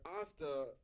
Asta